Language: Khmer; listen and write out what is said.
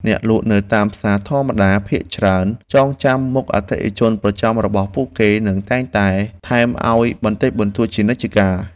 អ្នកលក់នៅផ្សារធម្មតាភាគច្រើនចងចាំមុខអតិថិជនប្រចាំរបស់ពួកគេនិងតែងតែថែមឱ្យបន្តិចបន្តួចជានិច្ចកាល។